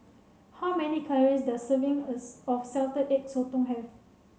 how many calories does a serving of salted egg sotong have